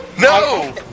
No